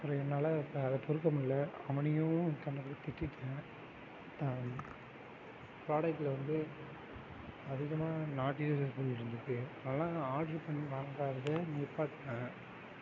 அப்புறம் என்னால் அதை பொறுக்க முடியலை அவனையும் கண்டபடி திட்டிவிட்டேன் ஃப்ராடக்ட்டில் வந்து அதிகமாக நாட் யூஸாபள்னு இருந்திருக்கு அதனால ஆட்ரு பண்ணி வாங்கிறத நிற்பாட்டுனேன்